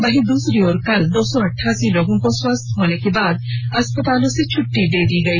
वहीं दूसरी ओर कल दो सौ अड्डासी लोगों को स्वस्थ होने के बाद अस्पतालों र्से छुट्टी दे दी गई